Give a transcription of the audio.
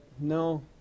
no